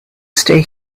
stay